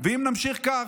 אם נמשיך כך,